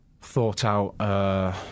thought-out